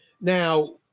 Now